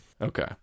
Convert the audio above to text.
Okay